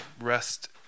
rest